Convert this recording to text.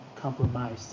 compromised